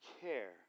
care